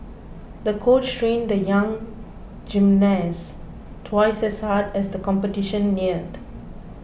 the coach trained the young gymnast twice as hard as the competition neared